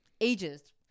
ages